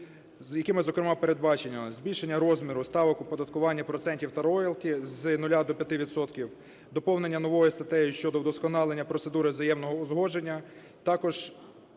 якими, зокрема, передбачено: збільшення розміру ставок оподаткування процентів та роялті з нуля до п'яти відсотків; доповнення новою статтею щодо вдосконалення процедури взаємного узгодження; також